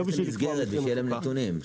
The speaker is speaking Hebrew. שנתחי השוק משתנים.